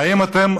האם אתם,